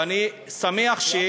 ואני שמח,